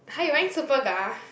!huh! you wearing Superga